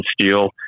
steel